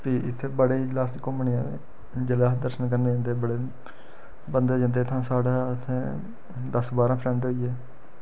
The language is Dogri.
फ्ही इत्थें बड़े जिसलै अस घूमने आं ते जेल्लै अस दर्शन करने जंदे बड़े बंदे जंदे इत्थें साढ़ै उत्थें दस बारां फ्रैंड होई गे